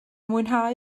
mwynhau